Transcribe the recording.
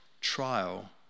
trial